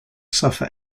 suffer